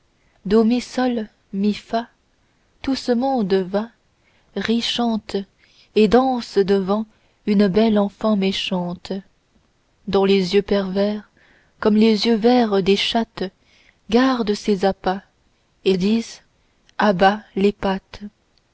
do mi sol mi fa tout ce monde va rit chante et danse devant une belle enfant méchante dont les yeux pervers comme les yeux verts des chattes gardent ses appas et disent a bas les pattes